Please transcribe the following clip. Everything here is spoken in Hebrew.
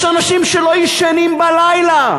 יש אנשים שלא ישנים בלילה,